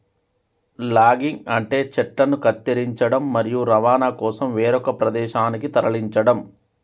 logging అంటే చెట్లను కత్తిరించడం, మరియు రవాణా కోసం వేరొక ప్రదేశానికి తరలించడం